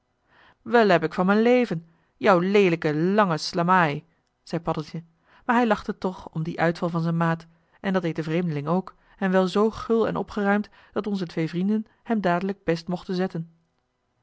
wel eb ik van mijn leven jou leelijke lange slamaai zei paddeltje maar hij lachte toch om dien uitval van zijn maat en dat deed de vreemdeling ook en wel zoo gul en opgeruimd dat onze twee vrienden hem dadelijk best mochten zetten